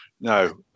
No